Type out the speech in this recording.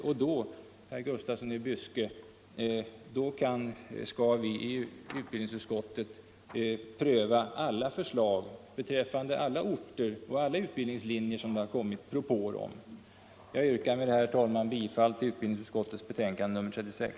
Och då, herr Gustafsson i Byske, skall vi i utbildningsutskottet pröva samtliga förslag beträffande alla orter och alla utbildningslinjer som det har kommit propåer om. Jag yrkar med detta, herr talman, bifall till utbildningsutskottets hemställan i betänkandet nr 36.